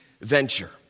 venture